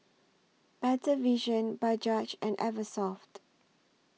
Better Vision Bajaj and Eversoft